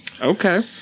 Okay